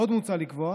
עוד מוצע לקבוע